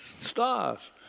stars